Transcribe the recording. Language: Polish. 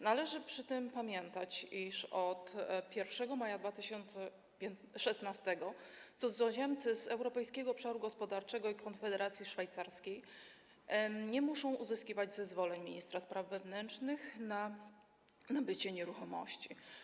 Należy przy tym pamiętać, iż od 1 maja 2016 r. cudzoziemcy z Europejskiego Obszaru Gospodarczego i Konfederacji Szwajcarskiej nie muszą uzyskiwać zezwoleń ministra spraw wewnętrznych na nabycie nieruchomości.